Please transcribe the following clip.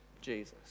Jesus